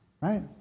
Right